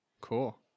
Cool